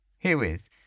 Herewith